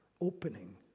opening